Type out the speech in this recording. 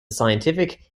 scientific